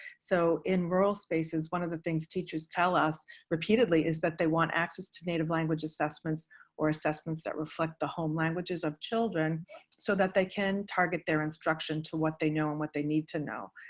so in rural spaces, one of the things teachers tell us repeatedly is that they want access to native language assessments or assessments that reflect the home languages of children so that they can target their instruction to what they know and what they need to know.